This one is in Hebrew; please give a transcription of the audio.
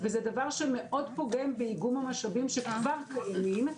זה דבר שמאוד פוגם באיגום המשאבים שכבר קיימים,